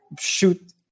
shoot